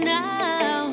now